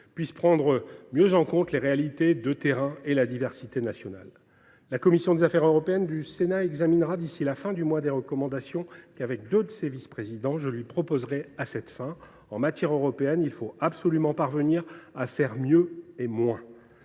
européenne prendra mieux en compte les réalités de terrain et la diversité nationale. La commission des affaires européennes du Sénat examinera d’ici à la fin du mois des recommandations que deux de ses vice présidents et moi même lui soumettrons. En matière européenne, il faut absolument parvenir à faire mieux et moins.